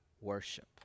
Worship